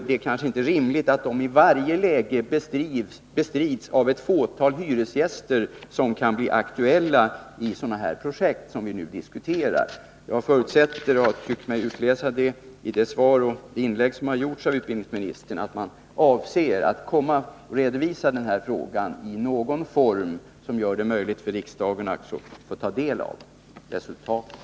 Det är inte rimligt att dessa kostnader i varje läge bestrids av ett fåtal hyresgäster som kan bli aktuella i de projekt som vi nu diskuterar. Jag förutsätter att man — jag tycker mig ha kunnat utläsa det av utbildningsministerns svar och av hans inlägg i debatten — avser att redovisa denna fråga i någon form som kan göra det möjligt för riksdagen att ta del av resultaten.